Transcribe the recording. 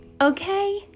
okay